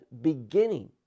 beginning